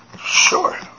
Sure